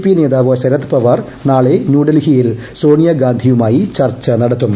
P നേതാവ് ശരത് പവാർ നാളെ ന്യൂഡൽഹിയിൽ സോണിയാ ഗാന്ധിയുമായി ചർച്ച നടത്തും